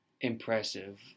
impressive